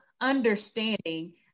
understanding